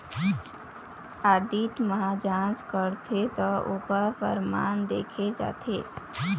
audit म जांच करथे त ओखर परमान देखे जाथे